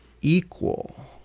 equal